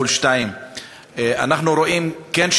2X2. אנחנו כן רואים שיפור,